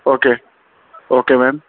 okay okay ma'am